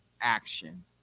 action